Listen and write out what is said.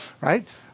right